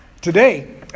today